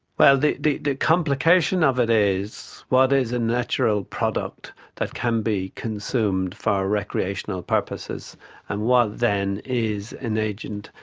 well, the the complication of it is what is a natural product that can be consumed for recreational purposes and what then is an agent,